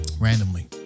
randomly